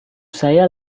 saya